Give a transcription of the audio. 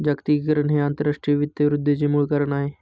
जागतिकीकरण हे आंतरराष्ट्रीय वित्त वृद्धीचे मूळ कारण आहे